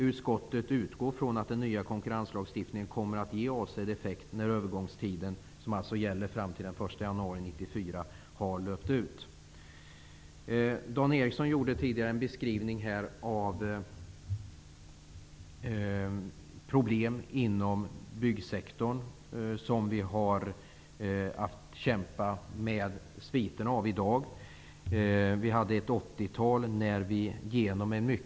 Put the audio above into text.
Utskottet utgår från att den nya konkurrenslagstiftningen kommer att ge avsedd effekt när övergångstiden, som alltså gäller fram till den 1 januari 1994, har löpt ut. Dan Eriksson beskrev här tidigare problemen inom byggsektorn och talade om de sviter av dessa problem som vi har att kämpa med i dag.